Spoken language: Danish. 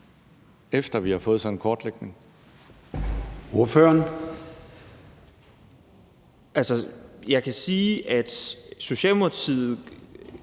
efter at vi har fået sådan en kortlægning?